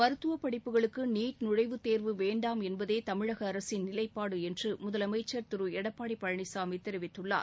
மருத்துவப் படிப்புகளுக்கு நீட் நுழைவுத் தேர்வு வேண்டாம் என்பதே தமிழக அரசின் நிலைப்பாடு என்று முதலமைச்சர் திரு எடப்பாடி பழனிசாமி தெரிவித்துள்ளார்